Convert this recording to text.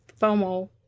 FOMO